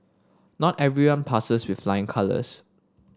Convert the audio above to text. not everyone passes with flying colours